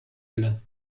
pille